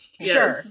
sure